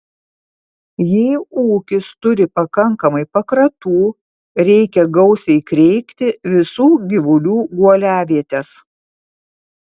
jei ūkis turi pakankamai pakratų reikia gausiai kreikti visų gyvulių guoliavietes